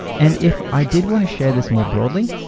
and if i did want to share this more broadly,